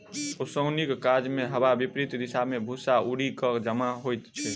ओसौनीक काजमे हवाक विपरित दिशा मे भूस्सा उड़ि क जमा होइत छै